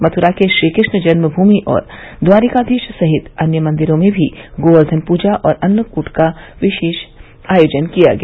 मथुरा के श्रीकृष्ण जन्मभूमि और द्वारिकाधीश सहित अन्य मंदिरों में भी गोर्व्धन पूजा और अन्नकूट का विशेष आयोजन किया गया